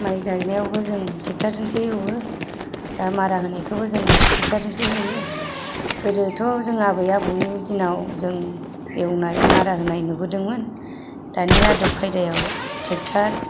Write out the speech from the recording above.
माइ गायनायावबो जों ट्रेक्ट'रजोंसो एवो दा मारा होनायखौबो जों ट्रे'क्टरजोंसो होयो गोदोथ' जों आबै आबौनि दिनाव जों एवनाय मारा होनाय नुबोदोंमोन दानि आदब खायदायाव ट्रेक्ट'र